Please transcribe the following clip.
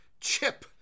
Chip